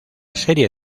serie